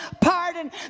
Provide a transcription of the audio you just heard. pardon